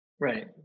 Right